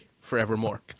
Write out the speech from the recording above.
forevermore